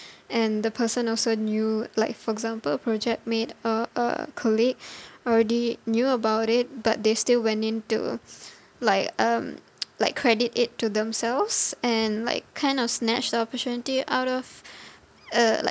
and the person also knew like for example project mate uh a colleague already knew about it but they still went in to like um like credit it to themselves and like kind of snatched the opportunity out of uh like